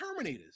terminators